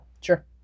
Sure